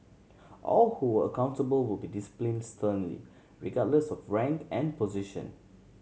all who are accountable will be discipline sternly regardless of rank and position